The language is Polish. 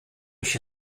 się